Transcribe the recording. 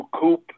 Coupe